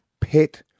pet